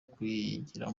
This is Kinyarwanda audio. kuyigira